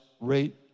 rate